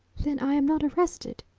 then i am not arrested?